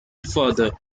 further